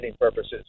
purposes